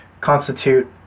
constitute